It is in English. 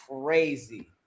crazy